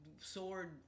sword